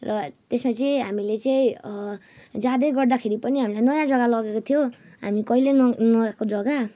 र त्यसमा चाहिँ हामीले चाहिँ जाँदै गर्दाखेरि पनि हामीलाई नयाँ जग्गा लगेको थियो हामी कहिँले न नगएको जग्गा